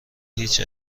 هیچ